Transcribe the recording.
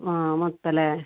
ആ മൊത്തമല്ലേ